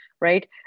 right